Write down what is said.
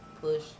push